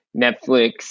Netflix